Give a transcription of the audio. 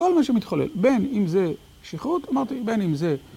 כל מה שמתחולל בין אם זה שכרות אמרתי בין אם זה...